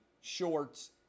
shorts